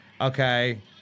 Okay